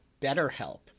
BetterHelp